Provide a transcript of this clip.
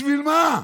בשביל מה?